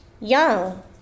young